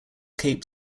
cape